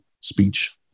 speech